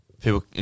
people